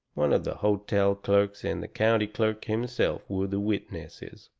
one of the hotel clerks and the county clerk himself were the witnesses.